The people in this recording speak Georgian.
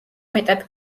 მეტად